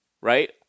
Right